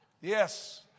Yes